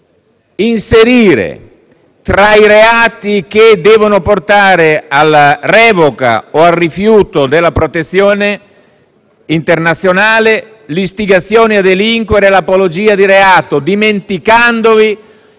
inserire tra i reati che devono portare alla revoca o al rifiuto della protezione internazionale l'istigazione a delinquere e l'apologia di reato, dimenticandovi